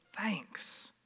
thanks